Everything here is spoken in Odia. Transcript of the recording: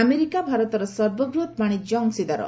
ଆମେରିକା ଭାରତର ସର୍ବବୃହତ ବାଣିଜ୍ୟ ଅଂଶୀଦାର